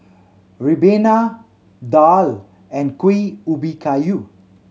ribena daal and Kuih Ubi Kayu